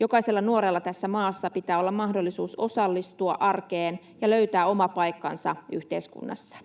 Jokaisella nuorella tässä maassa pitää olla mahdollisuus osallistua arkeen ja löytää oma paikkansa yhteiskunnassa.